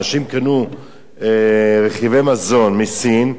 אנשים קנו רכיבי מזון מסין,